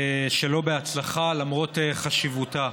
שלא בהצלחה, למרות חשיבותה.